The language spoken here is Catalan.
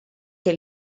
que